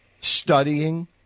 studying